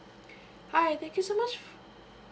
hi thank you so much